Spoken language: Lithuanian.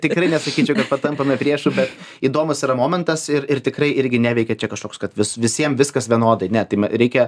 tikrai nesakyčiau kad patampame priešu bet įdomus yra momentas ir ir tikrai irgi neveikia čia kažkoks kad visiem viskas vienodai ne tai reikia